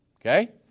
Okay